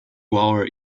our